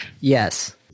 Yes